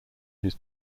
his